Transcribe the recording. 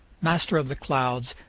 master of the clouds,